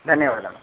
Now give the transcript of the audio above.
ಧನ್ಯವಾದ